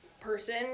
person